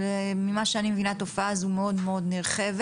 ממה שאני מבינה התופעה הזו מאוד מאוד נרחבת,